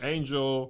Angel